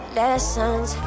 lessons